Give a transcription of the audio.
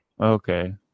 Okay